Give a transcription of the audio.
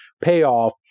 payoff